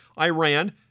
Iran